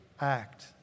act